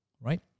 Right